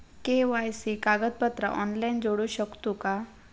KYC कागदपत्रा online जोडू शकतू का?